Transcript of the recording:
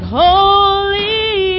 holy